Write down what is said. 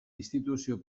instituzio